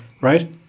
Right